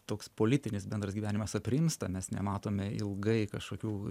toks politinis bendras gyvenimas aprimsta mes nematome ilgai kažkokių